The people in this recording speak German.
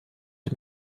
dem